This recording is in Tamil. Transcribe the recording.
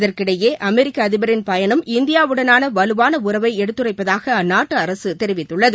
இதற்கிடையே அமெரிக்க அதிபரின் பயணம் இந்தியாவுடனான வலுவான உறவை எடுத்துரைப்பதாக அந்நாட்டு அரசு தெரிவித்துள்ளது